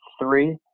three